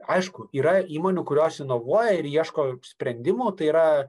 aišku yra įmonių kurios įnovuoja ir ieško sprendimų tai yra